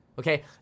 Okay